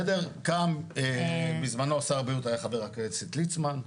בסדר, קם בזמנו שר הבריאות היה חבר הכנסת ליצמן,